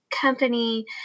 company